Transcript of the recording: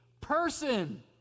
person